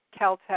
Caltech